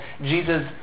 Jesus